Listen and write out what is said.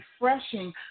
refreshing